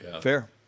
fair